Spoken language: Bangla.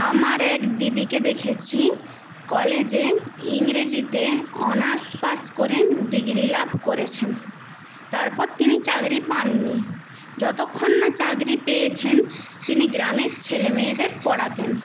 আমার এক দিদিকে দেখেছি কলেজে ইংরেজিতে অনার্স পাশ করে ডিগ্রি লাভ করেছেন তারপর তিনি চাকরি পাননি যতক্ষণ না চাকরি পেয়েছেন তিনি গ্রামের ছেলে মেয়েদের পড়াতেন